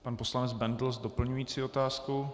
Pan poslanec Bendl s doplňující otázkou.